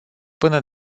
până